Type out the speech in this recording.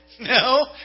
No